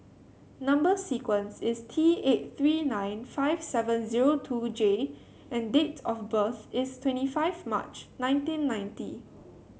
number sequence is T eight three nine five seven zero two J and date of birth is twenty five March nineteen ninety